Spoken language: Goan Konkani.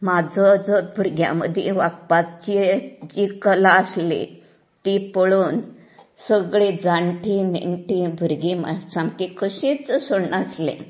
म्हाजो जो भुरग्यां मदीं वागपाची जी कला आसली ती पळोवन सगळीं जाणटी नेणटी भुरगीं म्हाका सामकीं कशींच सोडना आसली